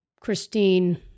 Christine